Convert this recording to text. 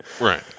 Right